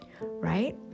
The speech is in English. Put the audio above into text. right